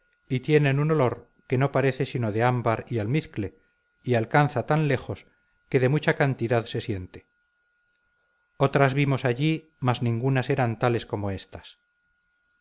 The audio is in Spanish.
y tienen un olor que no parece sino de ámbar y almizcle y alcanza tan lejos que de mucha cantidad se siente otras vimos allí mas ningunas eran tales como éstas